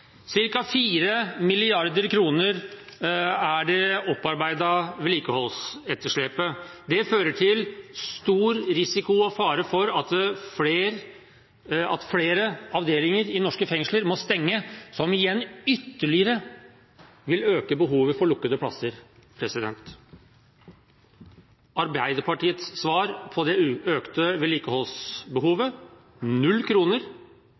er det opparbeidede vedlikeholdsetterslepet på. Det fører til stor risiko og fare for at flere avdelinger i norske fengsler må stenge, som igjen ytterligere vil øke behovet for lukkede plasser. Arbeiderpartiets svar på det økte vedlikeholdsbehovet er null kroner.